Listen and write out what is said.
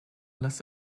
less